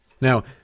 Now